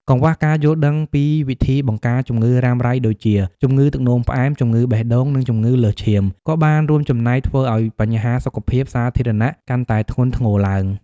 កង្វះការយល់ដឹងពីវិធីបង្ការជំងឺរ៉ាំរ៉ៃដូចជា ជំងឺទឹកនោមផ្អែម ជំងឺបេះដូង និងជំងឺលើសឈាម ក៏បានរួមចំណែកធ្វើឱ្យបញ្ហាសុខភាពសាធារណៈកាន់តែធ្ងន់ធ្ងរឡើង។